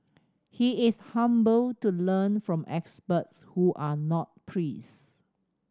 he is humble to learn from experts who are not priests